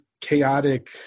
chaotic